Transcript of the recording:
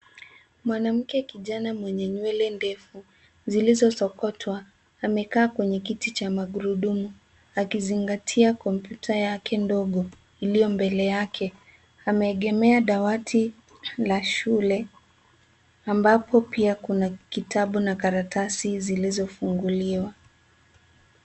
Mwanamke kijana mwenye nywele ndefu zilizosokotwa amekaa kwenye kiti cha magurudumu akizingatia kompyuta yake ndogo iliyo mbele yake. Ameegemea dawati la shule ambapo pia kuna kitabu na karatasi zilizofunguliwa.